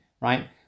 right